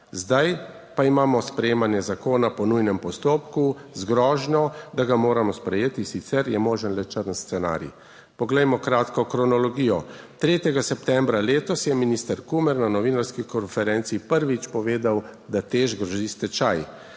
Zdaj pa imamo sprejemanje zakona po nujnem postopku z grožnjo, da ga moramo sprejeti, sicer je možen le črn scenarij. Poglejmo kratko kronologijo. 3. septembra letos je minister Kumer na novinarski konferenci prvič povedal, da TEŠ grozi stečaj.